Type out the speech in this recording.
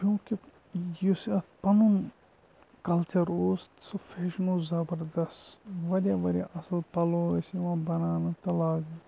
کیونکہِ یُس اَتھ پَنُن کَلچَر اوس سُہ فیشَن اوس زبردَست واریاہ واریاہ اَصٕل پَلو ٲسۍ یِوان بَناونہٕ تہٕ لاگنہٕ